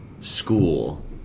school